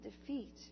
defeat